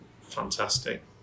fantastic